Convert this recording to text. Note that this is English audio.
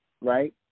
right